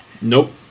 Nope